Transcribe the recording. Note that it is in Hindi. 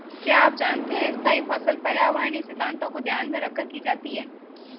क्या आप जानते है स्थायी फसल पर्यावरणीय सिद्धान्तों को ध्यान में रखकर की जाती है?